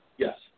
Yes